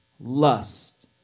lust